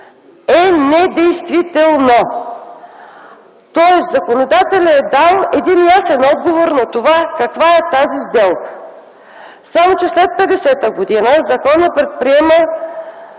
е недействително. Тоест законодателят е дал ясен отговор на това каква е тази сделка. Само че след 1950 г. законът предприема